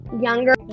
younger